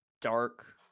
dark